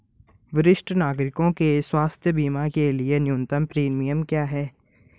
वरिष्ठ नागरिकों के स्वास्थ्य बीमा के लिए न्यूनतम प्रीमियम क्या है?